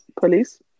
police